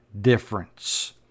difference